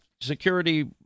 security